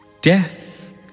death